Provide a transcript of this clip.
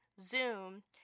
Zoom